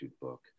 book